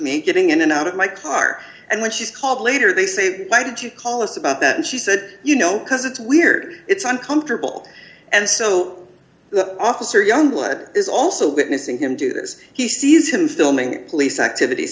me getting in and out of my car and when she's called later they say why didn't you call us about that and she said you know because it's weird it's uncomfortable and so the officer youngblood is also witnessing him do this he sees him filming police activit